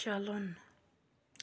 چَلُن